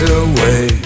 away